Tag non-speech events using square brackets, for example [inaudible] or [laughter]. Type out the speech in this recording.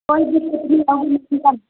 ਕੋਈ ਦਿੱਕਤ ਨਹੀਂ ਆਉਗੀ [unintelligible] ਤੁਹਾਨੂੰ